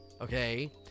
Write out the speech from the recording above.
okay